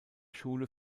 schule